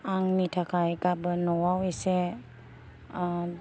आंनि थाखाय गाबोन न' आव एसे